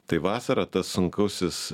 tai vasarą tas sunkusis